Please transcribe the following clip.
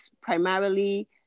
primarily